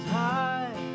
high